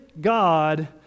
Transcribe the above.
God